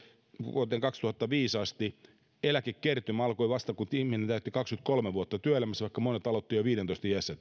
vuoteen kaksituhattaviisi asti eläkekertymä alkoi työelämässä vasta kun ihminen täytti kaksikymmentäkolme vuotta vaikka monet aloittivat työelämän jo viidentoista iässä